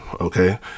okay